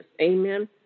Amen